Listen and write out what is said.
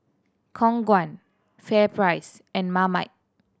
Khong Guan FairPrice and Marmite